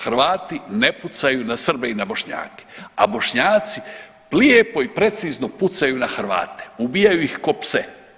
Hrvati ne pucaju na Srbe i na Bošnjake, a Bošnjaci lijepo i precizno pucaju na Hrvate, ubijaju ih kao pse.